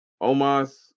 Omas